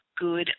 Good